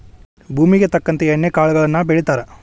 ಭೂಮುಗೆ ತಕ್ಕಂತೆ ಎಣ್ಣಿ ಕಾಳುಗಳನ್ನಾ ಬೆಳಿತಾರ